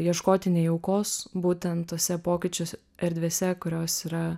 ieškoti nejaukos būtent tuose pokyčiuose erdvėse kurios yra